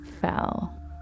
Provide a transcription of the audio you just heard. fell